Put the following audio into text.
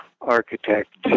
architect